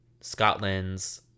Scotland's